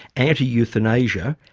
anti-euthanasia,